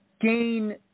gain